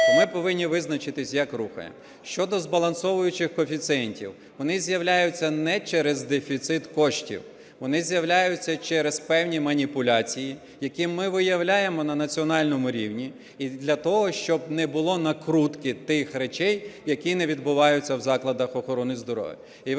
ми повинні визначитися, як рухаємо. Щодо збалансовуючих коефіцієнтів. Вони з'являються не через дефіцит коштів, вони з'являються через певні маніпуляції, які ми виявляємо на національному рівні для того, щоб не було накрутки тих речей, які не відбуваються в закладах охорони здоров'я.